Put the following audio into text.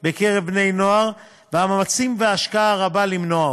בקרב בני-נוער והמאמצים וההשקעה הרבה למנוע אותו,